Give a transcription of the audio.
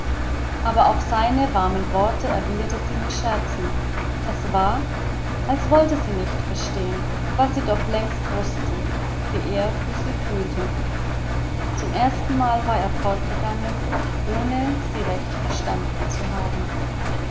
aber auf seine warmen worte erwiderte sie mit scherzen es war als wollte sie nicht verstehen was sie doch längst wußte wie er für sie fühle zum erstenmal war er fortgegangen ohne sie recht verstanden zu haben